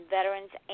Veterans